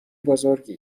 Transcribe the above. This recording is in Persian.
بزرگی